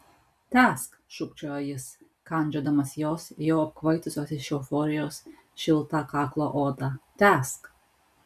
tęsk šūkčiojo jis kandžiodamas jos jau apkvaitusios iš euforijos šiltą kaklo odą tęsk